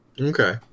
Okay